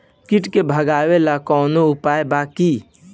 कीट के भगावेला कवनो उपाय बा की?